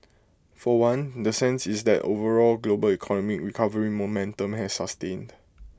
for one the sense is that overall global economic recovery momentum has sustained